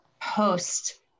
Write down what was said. post